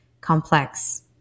complex